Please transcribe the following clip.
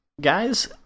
guys